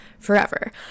forever